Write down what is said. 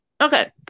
okay